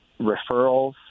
referrals